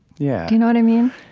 yeah you know what i mean?